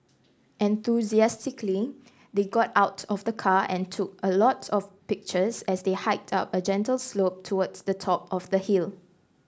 enthusiastically they got out of the car and took a lot of pictures as they hiked up a gentle slope towards the top of the hill